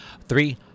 Three